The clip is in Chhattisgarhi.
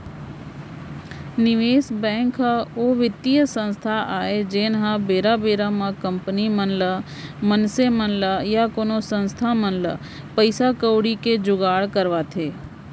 निवेस बेंक ह ओ बित्तीय संस्था आय जेनहा बेरा बेरा म कंपनी मन ल मनसे मन ल या कोनो संस्था मन ल पइसा कउड़ी के जुगाड़ करवाथे